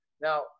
now